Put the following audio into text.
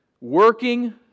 working